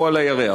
או על הירח?